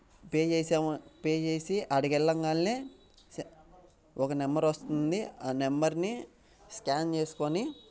pay చేశాము pay చేసి అక్కడికి వెళ్ళగానే ఒక నెంబర్ వస్తుంది ఆ నెంబర్ని స్కాన్ చేసుకోని